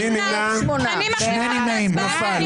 אין לכם מושג מה כתוב בחוק.